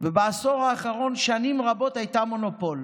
ובעשור האחרון שנים רבות היא הייתה מונופול.